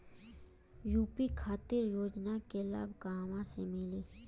UP खातिर के योजना के लाभ कहवा से मिली?